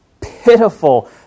pitiful